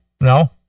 No